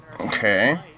Okay